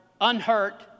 unhurt